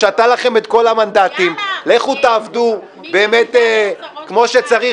הוא שתה לכם את כל המנדטים -- יאללה ----- לכו תעבדו כמו שצריך.